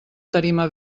tarima